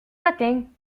matin